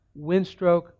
windstroke